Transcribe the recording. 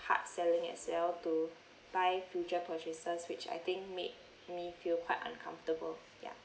hard selling and sell to buy future purchases which I think made me feel quite uncomfortable ya